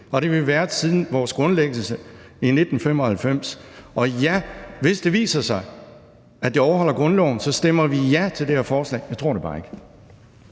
har vi været siden vores grundlæggelse i 1995, og hvis det viser sig, at det overholder grundloven, så stemmer vi ja til det her forslag, men jeg tror det bare ikke.